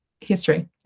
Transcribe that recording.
history